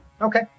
Okay